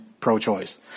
Pro-choice